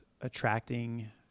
attracting